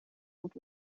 mot